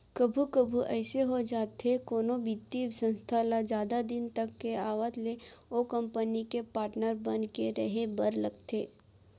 कभू कभू अइसे हो जाथे कोनो बित्तीय संस्था ल जादा दिन तक के आवत ले ओ कंपनी के पाटनर बन के रहें बर लगथे